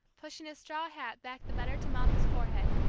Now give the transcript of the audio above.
pushing his straw hat back the better to mop his forehead,